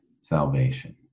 salvation